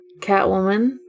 Catwoman